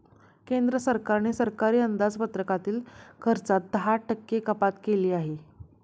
केंद्र सरकारने सरकारी अंदाजपत्रकातील खर्चात दहा टक्के कपात केली आहे